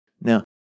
Now